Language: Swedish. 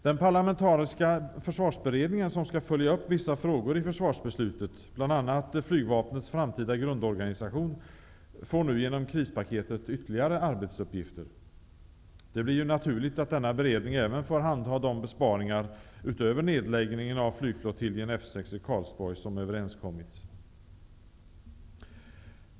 Den parlamentariska försvarsberedning som skall följa upp vissa frågor i försvarsbeslutet, bl.a. flygvapnets framtida grundorganisation, får nu genom krispaketet ytterligare arbetsuppgifter. Det blir ju naturligt att denna beredning även får handha de besparingar, utöver nedläggningen av flygflottiljen F 6 i Karlsborg, som överenskommits.